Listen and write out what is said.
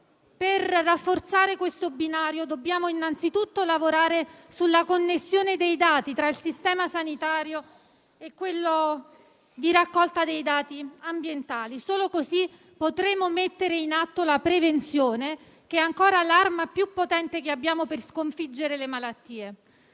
Per rafforzare questo binario dobbiamo innanzitutto lavorare sulla connessione dei dati tra il sistema sanitario e quello di raccolta dei dati ambientali; solo così potremo mettere in atto la prevenzione, che è ancora l'arma più potente che abbiamo per sconfiggere le malattie,